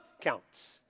counts